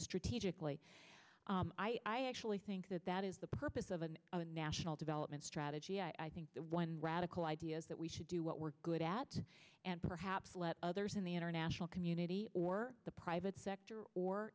strategically i actually think that that is the purpose of an national development strategy i think one radical idea that we should do what we're good at and perhaps let others in the international community or the private sector or